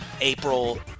April